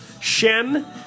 Shen